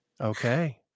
Okay